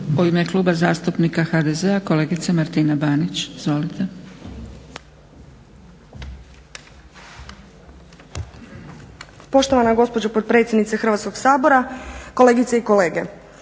U ime Kluba zastupnika HDZ-a kolegica Martina Banić. Izvolite. **Banić, Martina (HDZ)** Poštovana gospođo potpredsjednice Hrvatskog sabora, kolegice i kolege.